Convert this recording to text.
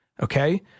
Okay